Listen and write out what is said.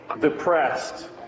depressed